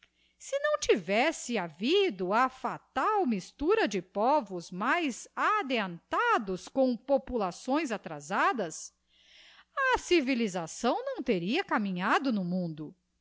si nso tivesse havido a fatal mistura de tovos mais adeantados com populações atrazadas a civilisação não teria caminhado no mundo